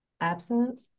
Absent